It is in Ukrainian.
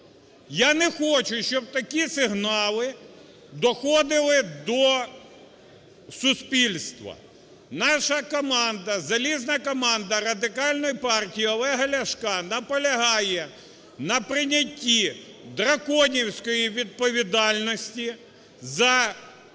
Я не хочу, щоб такі сигнали доходили до суспільства. Наша команда, залізна команда Радикальної партії Олега Ляшка, наполягає на прийнятті драконівської відповідальності за